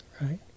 right